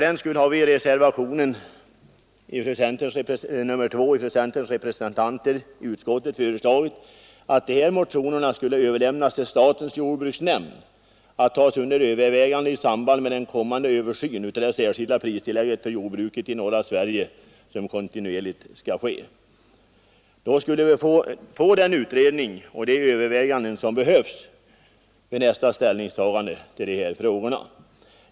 Därför har centerns representanter i utskottet i reservationen 2 föreslagit att de här motionerna överlämnas till statens jordbruksnämnd för att tagas under övervägande i samband med kommande översyn av det särskilda prisstödet till jordbruket i norra Sverige. Då skulle vi få den utredning och de överväganden som behövs vid nästa ställningstagande till dessa frågor.